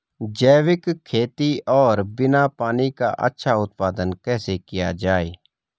जैविक खेती और बिना पानी का अच्छा उत्पादन कैसे किया जाए?